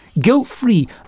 guilt-free